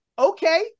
Okay